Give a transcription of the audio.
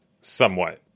somewhat